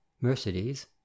Mercedes